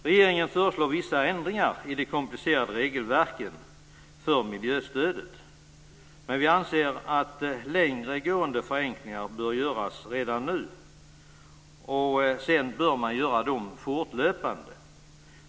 Regeringen föreslår vissa ändringar i det komplicerade regelverket för miljöstöd. Men vi anser att längre gående förenklingar bör göras redan nu, och sedan bör man göra dem fortlöpande.